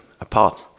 apart